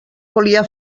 volia